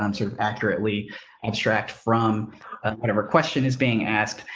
um sort of accurately abstract from whatever question is being asked.